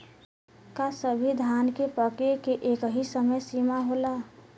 का सभी धान के पके के एकही समय सीमा होला?